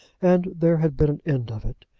and there had been an end of it.